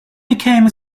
became